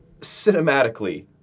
cinematically